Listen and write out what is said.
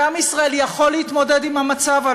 ועם ישראל יכול להתמודד עם המצב,